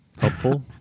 helpful